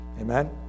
Amen